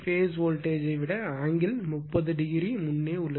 Vab phase voltage ஐ விட angle 30 o முன்னே உள்ளது